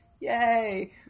yay